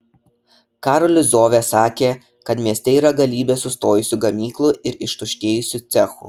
karolis zovė sakė kad mieste yra galybė sustojusių gamyklų ir ištuštėjusių cechų